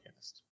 podcast